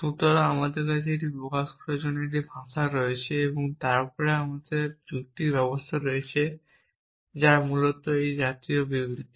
সুতরাং আমার কাছে এটি প্রকাশ করার জন্য একটি ভাষা রয়েছে এবং তারপরে তাদের যুক্তির ব্যবস্থা রয়েছে যা মূলত এই জাতীয় বিবৃতি